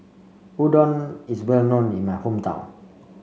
Udon is well known in my hometown